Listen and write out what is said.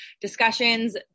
discussions